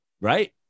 right